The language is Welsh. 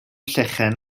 llechen